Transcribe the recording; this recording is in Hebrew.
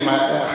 אדוני,